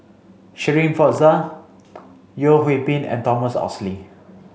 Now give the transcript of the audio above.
Shirin Fozdar Yeo Hwee Bin and Thomas Oxley